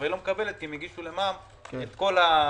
אבל היא לא מקבלת כי הגישו למע"מ את כל החברות.